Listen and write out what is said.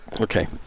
Okay